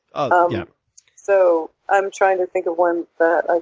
um so i'm trying to think of one that i